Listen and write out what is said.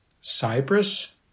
Cyprus